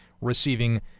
receiving